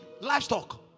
livestock